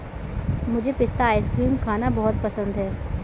मुझे पिस्ता आइसक्रीम खाना बहुत पसंद है